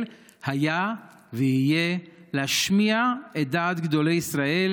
הייתה ותהיה להשמיע את דעת גדולי ישראל,